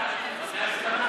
אבל לאט.